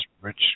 rich